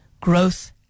growth